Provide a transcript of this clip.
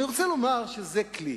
אני רוצה לומר שזה כלי.